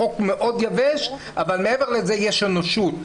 החוק מאוד יבש, אבל מעבר לזה יש אנושות.